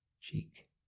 cheek